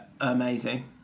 amazing